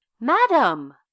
Madam